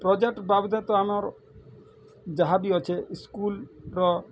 project ବାବଦରେ ତ ଆମର୍ ଯାହା ବି ଅଛେ ସ୍କୁଲ୍ର